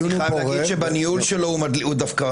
אני חייב להגיד שדווקא בניהול שלו הוא --- ביחס לקודמו.